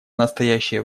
настоящее